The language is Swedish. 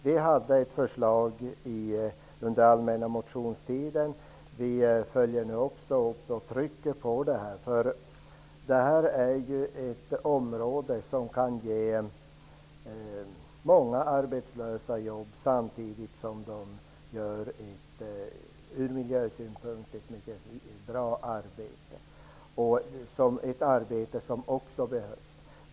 Vi lade under den allmänna motionstiden fram ett förslag, som vi nu följer upp och som vi vill trycka på. Det här är ju ett område som kan ge många arbetslösa jobb -- samtidigt är det jobb som är mycket bra från miljösynpunkt, s.k. gröna jobb.